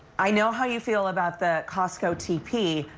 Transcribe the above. i know how you feel about the costco tp.